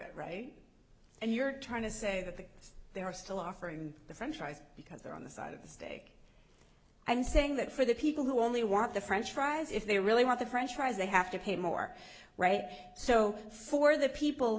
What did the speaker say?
it right and you're trying to say that they are still offering the french fries because they're on the side of the steak i'm saying that for the people who only want the french fries if they really want the french fries they have to pay more right so for the people